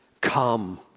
Come